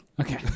Okay